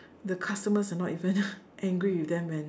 the customers are not even angry with them when